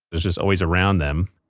was just always around them.